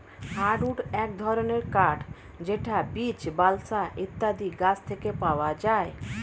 hardwood এক ধরনের কাঠ যেটা বীচ, বালসা ইত্যাদি গাছ থেকে পাওয়া যায়